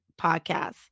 podcast